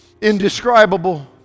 indescribable